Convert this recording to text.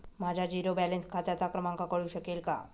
माझ्या zero balance खात्याचा क्रमांक कळू शकेल का?